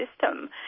system